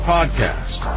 Podcast